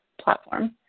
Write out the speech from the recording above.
platform